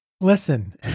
Listen